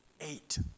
Eight